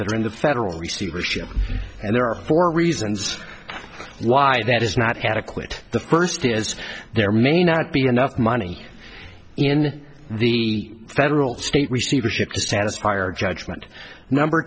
that are in the federal receivership and there are four reasons why that is not adequate the first is there may not be enough money in the federal state receivership to satisfy or judgment number